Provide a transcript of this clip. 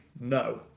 No